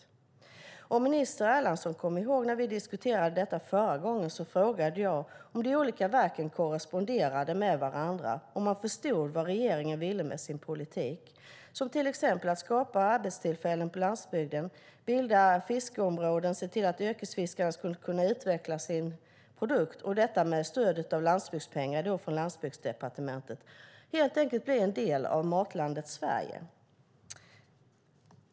När jag och minister Erlandsson diskuterade detta förra gången frågade jag om de olika verken korresponderar med varandra och om man förstår vad regeringen vill med sin politik, till exempel att skapa arbetstillfällen på landsbygden, bilda fiskeområden och se till att yrkesfiskarna utvecklar sin produkt med stöd av landsbygdspengar från Landsbygdsdepartementet och helt enkelt blir en del av Matlandet Sverige.